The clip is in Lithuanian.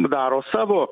daro savo